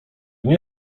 nie